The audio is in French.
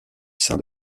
saint